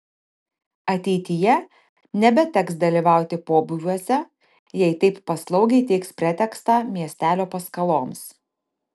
ateityje nebeteks dalyvauti pobūviuose jei taip paslaugiai teiks pretekstą miestelio paskaloms